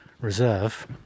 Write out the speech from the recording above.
reserve